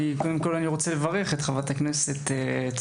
קודם כל אני רוצה לברך את חברת הכנסת החדשה,